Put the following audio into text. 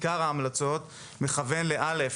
עיקר ההמלצות הן: ראשית,